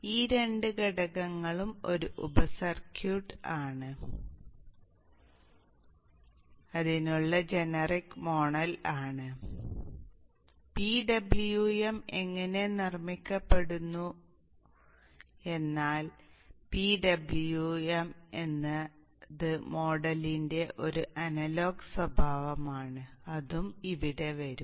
ഈ രണ്ട് ഘടകങ്ങളും ഒരു ഉപ സർക്യൂട്ട് ആണ് ഇതിനുള്ള ജനറിക് മോഡൽ ആണ് PWM എങ്ങനെ നിർമ്മിക്കപ്പെടുന്നു എന്നാൽ PWM എന്നത് മോഡലിന്റെ ഒരു അനലോഗ് സ്വഭാവമാണ് അതും ഇവിടെ വരും